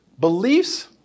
beliefs